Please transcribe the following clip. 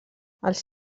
els